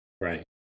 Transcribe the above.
right